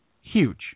Huge